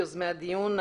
יוזמי הדיון,